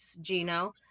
Gino